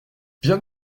viens